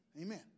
Amen